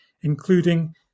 including